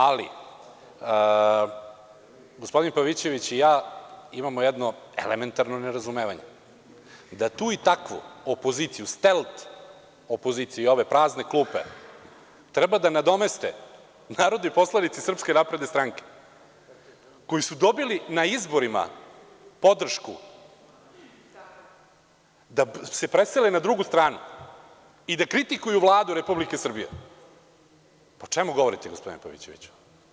Ali, gospodin Pavićević i ja imamo jedno elementarno nerazumevanje, da tu i takvu opoziciju, stelt opoziciju, ove prazne klupe treba da nadomeste narodni poslanici SNS, koji su dobili na izborima podršku, da se presele na drugu stranu i da kritikuju Vladu Republike Srbije, o čemu govorite, gospodine Pavićeviću?